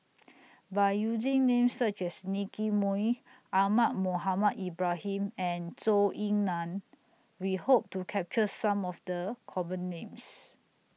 By using Names such as Nicky Moey Ahmad Mohamed Ibrahim and Zhou Ying NAN We Hope to capture Some of The Common Names